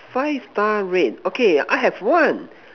five far red okay I have one